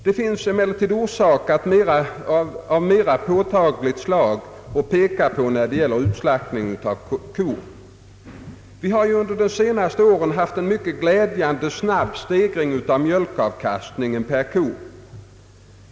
Det finns åtminstone en orsak av mera påtagligt slag att peka på när det gäller utslaktningen av kor. Vi har ju under de senaste åren haft en mycket glädjande snabb stegring av mjölkavkastningen per ko.